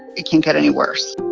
it can't get any worse